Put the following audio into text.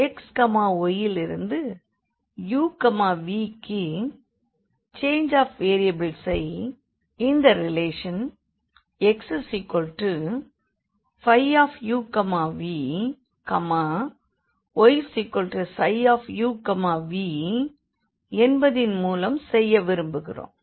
x yயிலிருந்து u vக்கு change of வேறியபிள்ஸை இந்த ரிலேஷன் xuvyψuvஎன்பதின் மூலம் செய்ய விரும்புகிறோம்